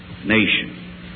nation